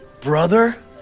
Brother